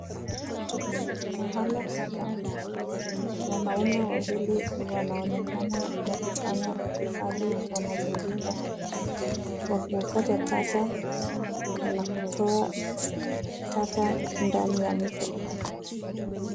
Mahala hapa , wanaume wawili wanaonekana wakifanya uhifadhi wa mazingira kwa kuokota taka na kutoa taka ndani ya mto.